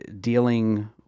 dealing